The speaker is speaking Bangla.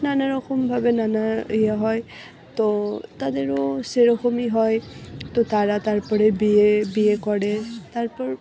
নানা রকমভাবে নানা ইয়ে হয় তো তাদেরও সেরকমই হয় তো তারা তারপরে বিয়ে বিয়ে করে তারপর